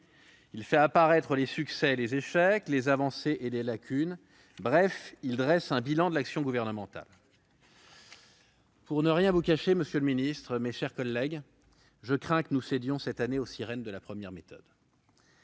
Il fait apparaître les succès et les échecs, les avancées et les lacunes. Bref, il permet de dresser un bilan de l'action gouvernementale. Pour ne rien vous cacher, monsieur le ministre, mes chers collègues, je crains que nous cédions cette année aux sirènes de la première méthode.